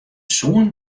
soenen